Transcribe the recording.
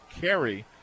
carry